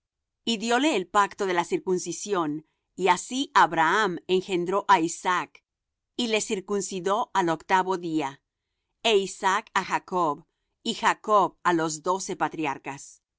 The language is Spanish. y dióle el pacto de la circuncisión y así abraham engendró á isaac y le circuncidó al octavo día é isaac á jacob y jacob á los doce patriarcas